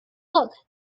look